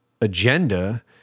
agenda